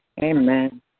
Amen